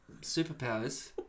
superpowers